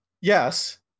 yes